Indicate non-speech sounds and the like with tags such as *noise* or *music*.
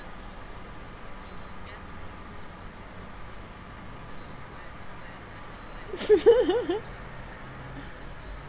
*laughs*